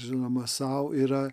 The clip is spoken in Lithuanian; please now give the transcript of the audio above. žinoma sau yra